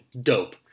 Dope